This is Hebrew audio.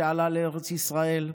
שעלה לארץ ישראל,